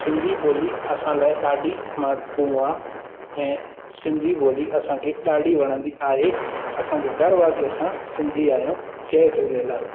सिंधी ॿोली असां लाइ ॾाढी महत्वपूर्ण आहे ऐं सिंधी ॿोली असांखे ॾाढी वणंदी आहे असांखे गर्व आहे कि असां सिंधी आहियूं जय झूलेलाल